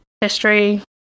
history